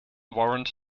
warrant